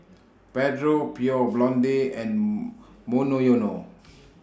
Pedro Pure Blonde and Monoyono